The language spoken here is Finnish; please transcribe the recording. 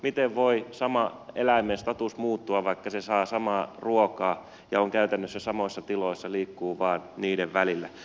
miten voi saman eläimen status muuttua vaikka se saa samaa ruokaa ja on käytännössä samoissa tiloissa liikkuu vain niiden välillä